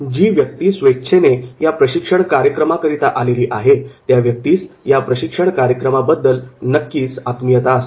जी व्यक्ती स्वेच्छेने याप्रशिक्षण कार्यक्रमाकरिता आलेली आहे त्या व्यक्तीस या प्रशिक्षण कार्यक्रमाबद्दल आत्मीयता असते